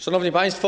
Szanowni Państwo!